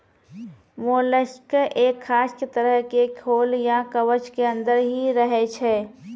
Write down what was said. mollusc एक खास तरह के खोल या कवच के अंदर हीं रहै छै